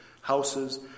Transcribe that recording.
houses